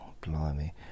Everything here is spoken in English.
blimey